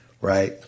right